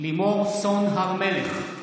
מתחייב אני לימור סון הר מלך,